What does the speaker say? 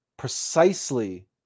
Precisely